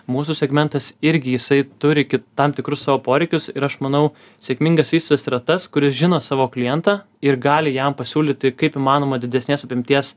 mūsų segmentas irgi jisai turi tam tikrus savo poreikius ir aš manau sėkmingas vystytojas yra tas kuris žino savo klientą ir gali jam pasiūlyti kaip įmanoma didesnės apimties